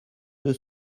deux